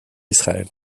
israël